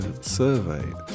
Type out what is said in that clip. survey